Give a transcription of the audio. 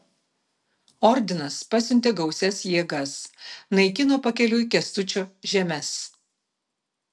ordinas pasiuntė gausias jėgas naikino pakeliui kęstučio žemes